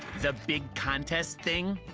the big contest thing!